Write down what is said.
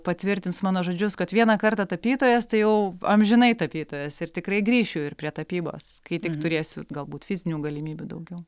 patvirtins mano žodžius kad vieną kartą tapytojas tai jau amžinai tapytojas ir tikrai grįšiu ir prie tapybos kai tik turėsiu galbūt fizinių galimybių daugiau